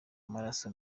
amaraso